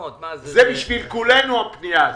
גיא, אנחנו